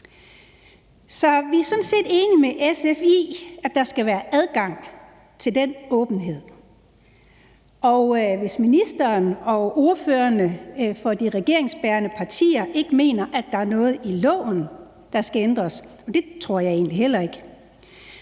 vi er sådan set enige med SF i, at der skal være adgang til den åbenhed, og hvis ministeren og ordførerne for de regeringsbærende partier ikke mener, der er noget i loven, der skal ændres, og det tror jeg egentlig heller ikke,